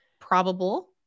probable